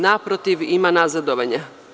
Naprotiv, ima nazadovanja.